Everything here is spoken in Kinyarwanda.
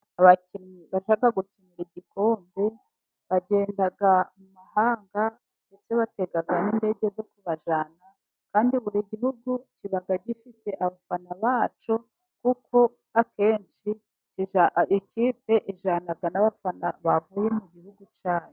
Abakinnyi bashaka gukinira igikombe, bagenda amahanga ndetse batega n'indege zo kubajyana, kandi buri gihugu kiba gifite abafana bacyo, kuko akenshi ikipe ijyana n'abafana bavuye mu gihugu cyayo.